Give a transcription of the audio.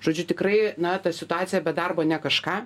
žodžiu tikrai na ta situacija be darbo ne kažką